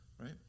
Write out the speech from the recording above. Right